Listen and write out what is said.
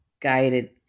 guided